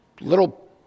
Little